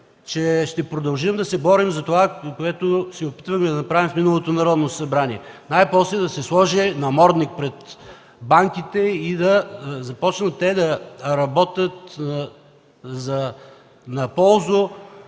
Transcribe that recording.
че ще продължим да се борим за това, което се опитахме да направим в миналото Народно събрание – най-после да се сложи намордник пред банките и да започнат те да работят на ползу